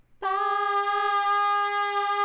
Bye